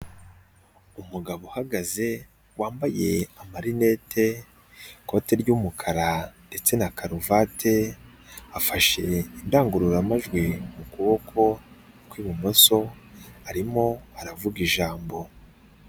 Umugabo uhagaze wambaye amarinete, ikoti ry'umukara ndetse na karuvati, afashe indangururamajwi mu kuboko kw'ibumoso arimo aravuga ijambo.